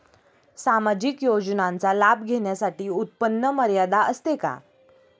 सामाजिक योजनांचा लाभ घेण्यासाठी उत्पन्न मर्यादा असते का?